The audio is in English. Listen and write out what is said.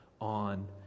on